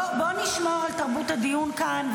בוא נשמור על תרבות הדיון כאן.